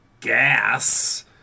gas